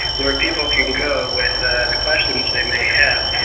where people can go with the questions they may have.